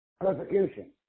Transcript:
Persecution